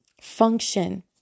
function